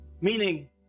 Meaning